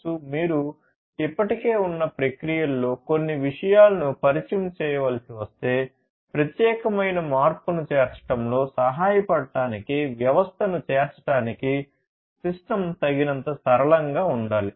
మీరు ఇప్పటికే ఉన్న ప్రక్రియలో కొన్ని విషయాలను పరిచయం చేయవలసి వస్తే ప్రత్యేకమైన మార్పును చేర్చడంలో సహాయపడటానికి వ్యవస్థను చేర్చడానికి సిస్టమ్ తగినంత సరళంగా ఉండాలి